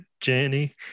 Jenny